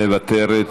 מוותרת?